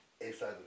inside